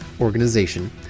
organization